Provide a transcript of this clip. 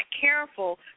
careful